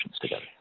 together